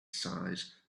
size